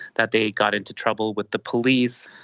that they got into trouble with the police.